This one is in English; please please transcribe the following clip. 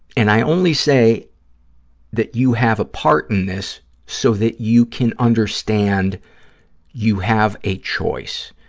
and i only say that you have a part in this so that you can understand you have a choice.